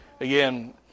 again